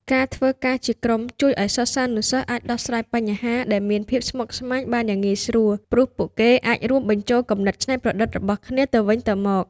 ការធ្វើការជាក្រុមជួយឲ្យសិស្សានុសិស្សអាចដោះស្រាយបញ្ហាដែលមានភាពស្មុគស្មាញបានយ៉ាងងាយស្រួល ព្រោះពួកគេអាចរួមបញ្ចូលគំនិតច្នៃប្រឌិតរបស់គ្នាទៅវិញទៅមក។